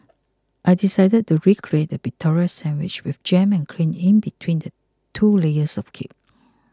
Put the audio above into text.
I decided to recreate the Victoria Sandwich with jam and cream in between two layers of cake